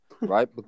right